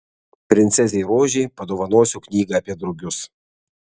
princesei rožei padovanosiu knygą apie drugius